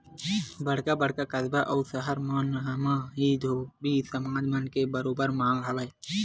बड़का बड़का कस्बा अउ सहर मन म ही धोबी समाज मन के बरोबर मांग हवय